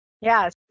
Yes